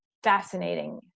Fascinating